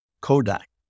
Kodak